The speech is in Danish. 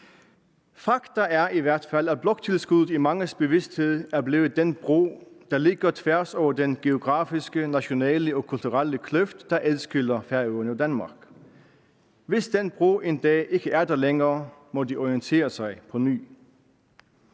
Fakta er i hvert fald, at bloktilskuddet i manges bevidsthed er blevet den bro, der ligger tværs over den geografiske, nationale og kulturelle kløft, der adskiller Færøerne og Danmark. Hvis den bro en dag ikke er der længere, må de orientere sig på ny.